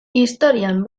historian